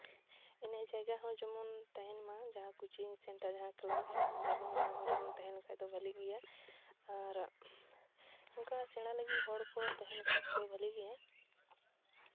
ᱮᱱᱮᱡ ᱡᱟᱭᱜᱟ ᱦᱚᱸ ᱡᱮᱢᱚᱱ ᱛᱟᱦᱮᱱ ᱢᱟ ᱡᱟᱦᱟᱸ ᱠᱳᱪᱤᱝ ᱥᱮᱱᱴᱟᱨ ᱡᱟᱦᱟᱸ ᱠᱞᱟᱵ ᱚᱸᱰᱮᱦᱚᱸ ᱚᱱᱟᱦᱚᱸ ᱡᱮᱢᱚᱱ ᱛᱟᱦᱮᱱ ᱠᱷᱟᱡ ᱫᱚ ᱵᱷᱟᱹᱞᱤᱜ ᱜᱮᱭᱟ ᱟᱨ ᱚᱝᱠᱟ ᱥᱮᱬᱟ ᱞᱟᱹᱜᱤᱫ ᱦᱚᱲ ᱠᱚ ᱛᱟᱦᱮᱱ ᱠᱷᱟᱡ ᱫᱚ ᱵᱷᱟᱹᱞᱤ ᱜᱮᱭᱟ